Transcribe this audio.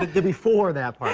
ah before that